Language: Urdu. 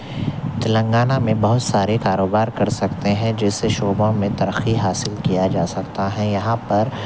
تلنگانہ میں بہت سارے کاروبار کر سکتے ہیں جیسے شعبہ میں ترقی حاصل کیا جا سکتا ہے یہاں پر